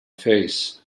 face